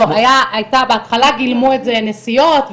בהתחלה גילמו נסיעות,